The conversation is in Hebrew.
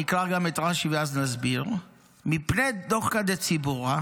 נקרא גם את רש"י ואז נסביר: "מפני דוחקא דציבורא"